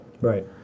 Right